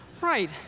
Right